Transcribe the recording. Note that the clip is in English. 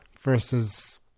versus